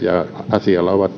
asialla ovat